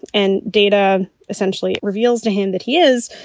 and data essentially reveals to him that he is,